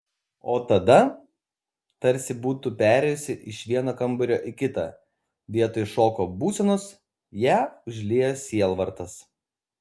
o tada tarsi būtų perėjusi iš vieno kambario į kitą vietoj šoko būsenos ją užliejo sielvartas